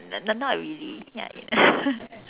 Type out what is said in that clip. n~ not really ya